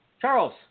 Charles